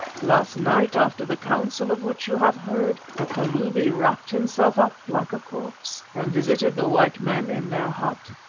last night, after the council of which you have heard, the kalubi wrapped himself up like a corpse and visited the white men in their hut.